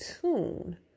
tune